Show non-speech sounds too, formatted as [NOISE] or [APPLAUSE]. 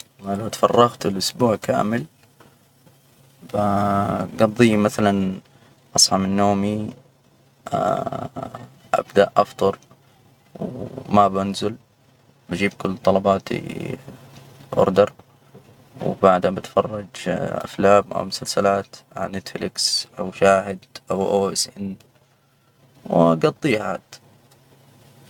ما لو تفرغت لأسبوع كامل، بجضيه مثلا أصحى من نومي [HESITATION] أبدأ أفطر وما بنزل، بجيب كل طلباتي اوردر، وبعدها بتفرج أفلام أو مسلسلات على نتفليكس أو شاهد أو او اس إن وأجضيها عاد.